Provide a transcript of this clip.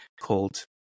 called